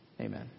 Amen